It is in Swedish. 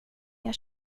jag